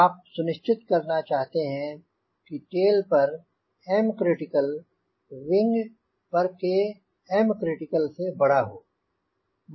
आप सुनिश्चित करना चाहते हैं कि टेल पर Mcritical विंग पर Mcritical से बड़ा हो